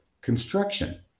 construction